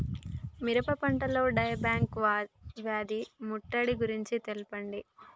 మిరప పంటలో die back వ్యాధి ముట్టడి గురించి తెల్పండి?